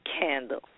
candle